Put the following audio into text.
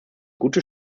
gute